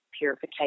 purification